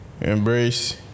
Embrace